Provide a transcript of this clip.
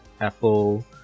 Apple